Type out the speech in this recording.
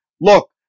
Look